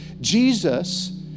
Jesus